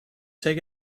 take